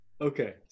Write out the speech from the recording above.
Okay